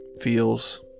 feels